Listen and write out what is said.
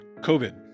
COVID